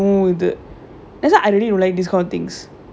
honestly just go for it if you feel like you want somehing just do